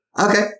Okay